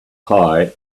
pie